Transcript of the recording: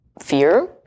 fear